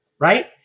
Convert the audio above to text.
right